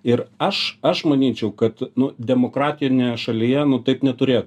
ir aš aš manyčiau kad nu demokratinėj šalyje nu taip neturėtų